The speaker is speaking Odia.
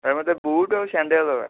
ଭାଇ ମୋତେ ବୁଟ୍ ଆଉ ସାଣ୍ଡେଲ୍ ଦେଖେଇବ